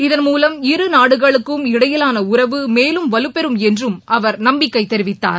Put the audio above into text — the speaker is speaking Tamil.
இதன்மூலம் இரு நாடுகளுக்கும் இடையிலான உறவு மேலும் வலுப்பெறும் என்றும் அவர் நம்பிக்கை தெரிவித்தார்